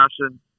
passion